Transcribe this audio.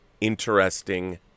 interesting